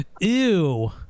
Ew